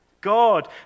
God